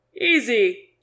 Easy